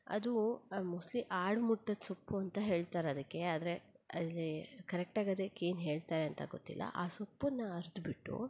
ಅದು ಮೊಸ್ಲೀ ಆಡು ಮುಟ್ಟದ ಸೊಪ್ಪು ಅಂತ ಹೇಳ್ತಾರೆ ಅದಕ್ಕೆ ಆದರೆ ಅದೇ ಕರೆಕ್ಟಾಗಿ ಅದಕ್ಕೆ ಏನು ಹೇಳ್ತಾರೆ ಅಂತ ಗೊತ್ತಿಲ್ಲ ಆ ಸೊಪ್ಪನ್ನ ಅರ್ದು ಬಿಟ್ಟು